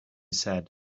said